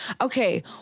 okay